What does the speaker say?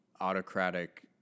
autocratic